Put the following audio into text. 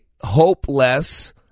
hopeless